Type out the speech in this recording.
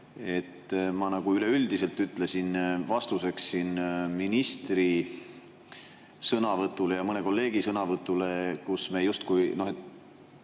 ma nagu üleüldiselt ütlesin vastuseks siin ministri sõnavõtule ja mõne kolleegi sõnavõtule, et me justkui